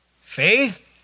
Faith